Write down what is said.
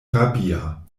rabia